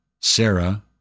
Sarah